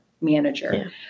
manager